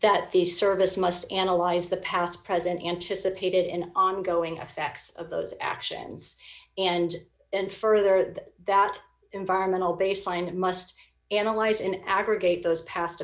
that the service must analyze the past present anticipated in ongoing affects of those actions and and further that that environmental baseline must analyze in aggregate those past